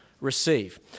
receive